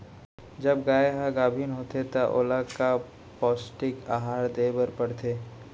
जब गाय ह गाभिन होथे त ओला का पौष्टिक आहार दे बर पढ़थे?